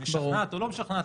המשכנעת או הלא משכנעת,